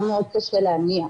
היה מאוד קשה להניע,